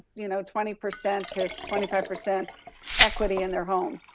you know, twenty percent to twenty five percent equity in their home.